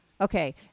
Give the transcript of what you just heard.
okay